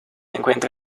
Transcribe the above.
encuentra